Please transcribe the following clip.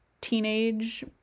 teenage